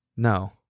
No